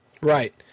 Right